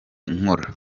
nkora